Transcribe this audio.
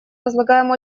возлагаем